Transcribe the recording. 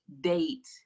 date